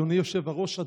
אדוני היושב-ראש,